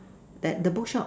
that the bookshop